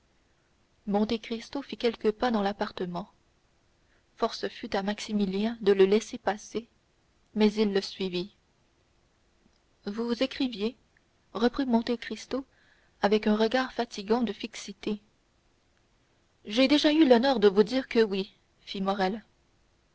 suis monte cristo fit quelques pas dans l'appartement force fut à maximilien de le laisser passer mais il le suivit vous écriviez reprit monte cristo avec un regard fatigant de fixité j'ai déjà eu l'honneur de vous dire que oui fit